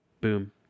boom